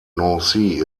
nancy